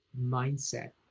mindset